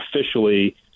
officially